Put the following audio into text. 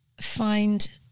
find